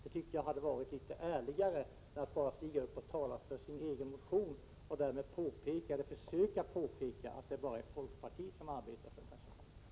Ett bifallsyrkande hade varit litet ärligare än att bara stiga upp och tala för sin egen motion och därmed försöka påstå att det bara är folkpartiet som arbetar för detta.